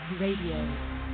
Radio